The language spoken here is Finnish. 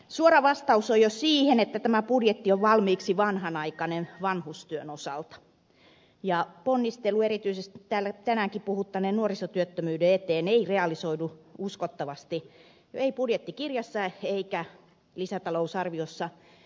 suora vastaus on jo siihen että tämä budjetti on valmiiksi vanhanaikainen vanhustyön osalta ja ponnistelu erityisesti täällä tänäänkin puhuttaneen nuorisotyöttömyyden eteen ei realisoidu uskottavasti ei budjettikirjassa eikä lisätalousarviossa